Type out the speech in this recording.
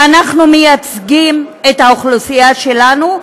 ואנחנו מייצגים את האוכלוסייה שלנו,